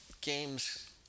games